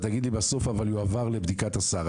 תגיד לי בסוף 'אבל יועבר לבדיקת השר'.